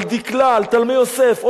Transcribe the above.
על דקלה, על תלמי-יוסף.